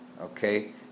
okay